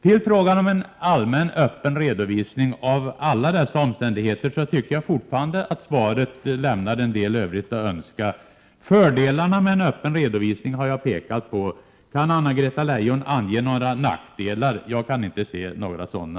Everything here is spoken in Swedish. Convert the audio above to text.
När det gäller en allmän, öppen redovisning av alla dessa omständigheter tycker jag fortfarande att svaret lämnar en del övrigt att önska. Jag har pekat på fördelarna med en öppen redovisning. Kan Anna-Greta Leijon ange några nackdelar? Jag kan inte se några sådana.